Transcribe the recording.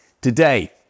Today